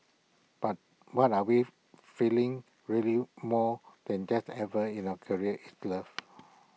but what are we feeling really more than that ever in our career is love